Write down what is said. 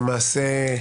למעשה,